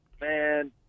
man